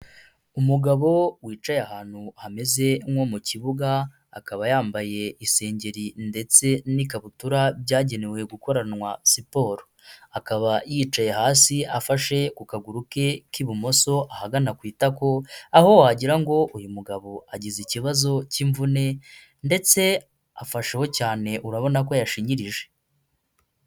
Umugabo wicaye ahantu hameze nko mu kibuga, akaba yambaye isengeri ndetse n'ikabutura byagenewe gukoranwa siporo. Akaba yicaye hasi afashe ku kaguru ke k'ibumoso ahagana ku itako, aho wagira ngo uyu mugabo agize ikibazo cy'imvune ndetse afasheho cyane urabona ko yashinyirije.